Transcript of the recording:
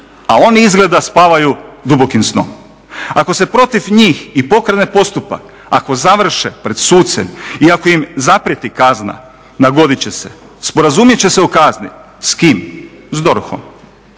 a oni izgleda spavaju dubokim snom. Ako se protiv njih i pokrene postupak, ako završe pred sucem i ako im zaprijeti kazna nagodit će se, sporazumjet će se o kazni. S kim? S DORH-om.